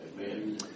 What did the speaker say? Amen